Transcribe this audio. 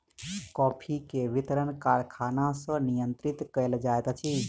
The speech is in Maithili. कॉफ़ी के वितरण कारखाना सॅ नियंत्रित कयल जाइत अछि